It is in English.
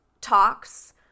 talks